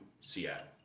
Seattle